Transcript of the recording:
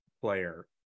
player